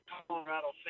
Colorado